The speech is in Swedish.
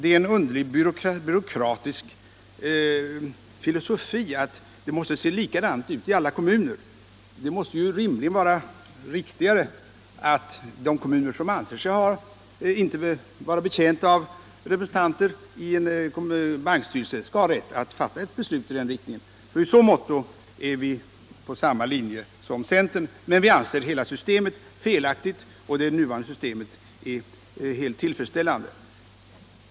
Det är en underlig byråkratisk filosofi, att det måste se likadant ut i alla kommuner. Det måste vara riktigare att de kommuner som inte anser sig betjänta av representanter i en bankstyrelse skall ha rätt att fatta beslut i den riktningen. I så måtto är vi alltså på samma linje som centern. Men vi anser hela det nya förslaget felaktigt. Det nuvarande systemet fungerar enligt vår mening fullt tillfredsställande.